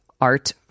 art